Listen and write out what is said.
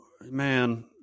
Man